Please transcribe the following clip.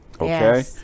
Okay